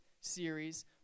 series